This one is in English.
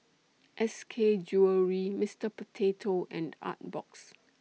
S K Jewellery Mister Potato and Artbox